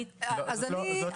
לא, אז אני.